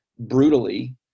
Brutally